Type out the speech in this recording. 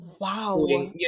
Wow